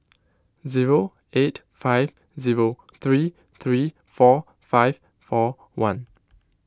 zero eight five zero three three four five four one